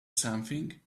something